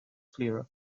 clearer